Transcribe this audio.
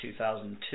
2002